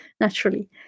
naturally